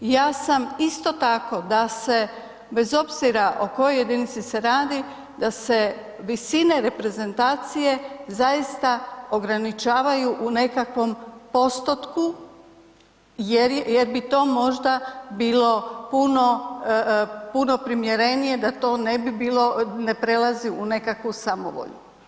Ja sam isto tako da se bez obzira o kojoj jedinici se radi da se visine reprezentacije zaista ograničavaju u nekakvom postotku jer bi to možda bilo puno, puno primjerenije, da to ne bi bilo, ne prelazi u nekakvu samovolju.